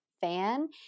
fan